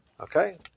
Okay